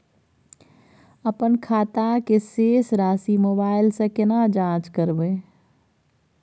अपन खाता के शेस राशि मोबाइल से केना जाँच करबै?